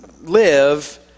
live